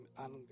anger